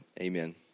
amen